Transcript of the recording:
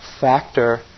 factor